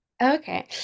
okay